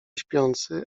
śpiący